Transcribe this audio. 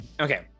Okay